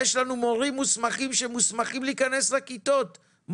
יש לנו מורים שמוסמכים להיכנס לכיתות,